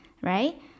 right